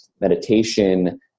meditation